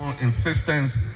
insistence